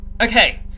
Okay